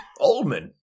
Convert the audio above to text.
Oldman